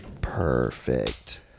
Perfect